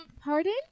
pardon